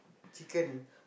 chicken